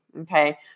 Okay